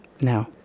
no